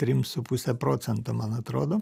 trim su puse procento man atrodo